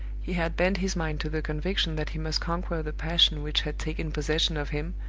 he had bent his mind to the conviction that he must conquer the passion which had taken possession of him,